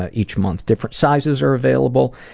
ah each month. different sizes are available.